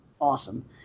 awesome